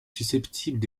susceptibles